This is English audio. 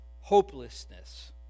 hopelessness